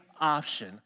option